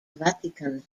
vatican